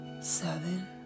seven